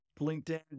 LinkedIn